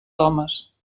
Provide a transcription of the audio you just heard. homes